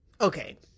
Okay